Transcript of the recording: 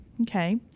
Okay